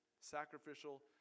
sacrificial